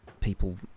people